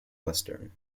western